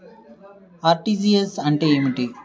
RTGS అంటే ఏమిటి?